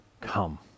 come